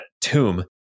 tomb